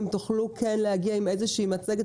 אם תוכלו להגיע עם איזושהי מצגת.